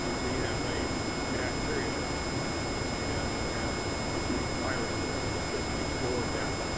so you have a bacteria and you have a virus that is specific for that,